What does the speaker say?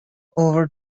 over